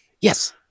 Yes